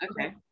okay